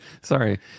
Sorry